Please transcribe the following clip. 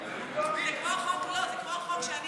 כמו החוק שאני